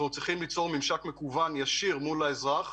צריכים ליצור ממשק מקוון ישיר מול האזרח,